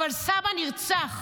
אבל סבא נרצח